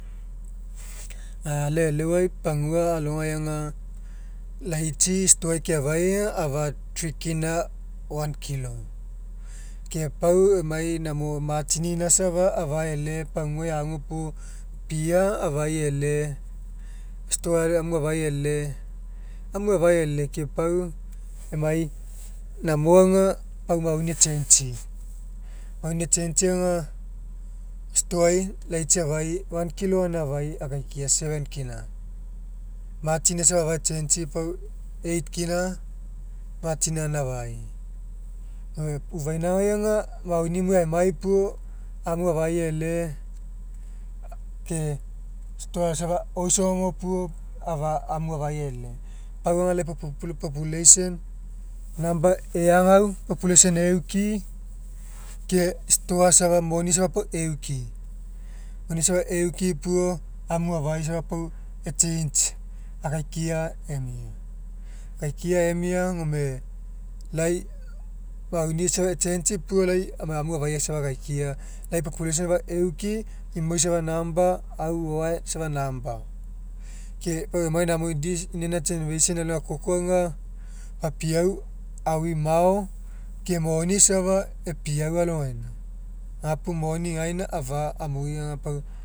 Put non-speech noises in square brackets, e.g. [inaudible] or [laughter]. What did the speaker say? A lau e'eleuai pagua alogai aga laitsi stoai keagai aga afa three kina one kilo ke pau emai namo ma'atsinina safa afa e'ele paguai agu puo pia afai e'ele stoai amu afai e'ele amu afa e'ele ke pau emai namo aga pau mauni e'changei mauni e'changei aga stoai laitsi afai one kilo gainai afai akaikiai seven kina ma'atsinina safa afa e'changei pau eight kina ma'atsinina gaina afai gome ufainagai aga mauni mue aemai puo amu afai e'ele pau lai pau [hesitation] population number eagau population euki ke stoa moni safa euki moni safa euki puo amu afai safa pau e'changei akaikiai emia akaikiai emia gome lai mauni safa e'changei puo lai emai amu afai safa akaikiai lai population safa euki imoi safa number au o'oae safa number ke pau emai namo [unintelligible] inaina generation alogai akoko aga papiau aui mao ke moni safa epiau alogaina gapuo moni gaina aga amui aga pau